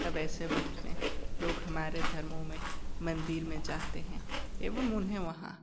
तब ऐसे वक़्त में लोग हमारे धर्मों में मंदिर में जाते हैं एवं उन्हें वहाँ